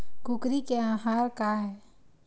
कुकरी के आहार काय?